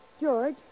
George